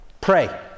pray